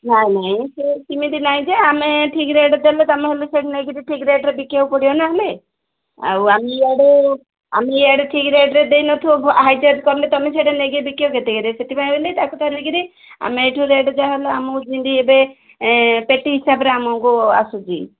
ନାଇ ନାଇ ସେ ସିମିତି ନାଇ ଯେ ଆମେ ଠିକ୍ ରେଟ୍ ଦେଲେ ତୁମେ ହେଲେ ସେଇଠି ନେଇକିରି ଠିକ୍ ରେଟ୍ରେ ବିକିବାକୁ ପଡ଼ିବ ନା ନହେଲେ ଆଉ ଆମେ ଇଆଡ଼େ ଆମେ ଇଆଡ଼େ ଠିକ୍ ରେଟ୍ରେ ଦେଇ ନଥିବୁ ହାଇ ଚାର୍ଜ କଲେ ତୁମେ ସେଇଟା ନେଇକି ବିକିବ କେତେକେରେ ସେଥିପାଇଁ ବେଲେ ତାକୁ ଧରିକିରି ଆମେ ଏଇଠୁ ରେଟ୍ ଯାହା ହେଲେ ଆମକୁ ଏବେ ଆମେ ପେଟି ହିସାବରେ ଆମକୁ ଆସୁଛି